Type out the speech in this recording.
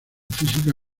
física